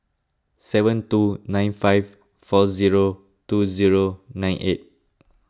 seven two nine five four zero two zero nine eight